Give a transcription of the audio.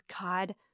God